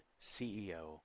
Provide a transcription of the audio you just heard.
CEO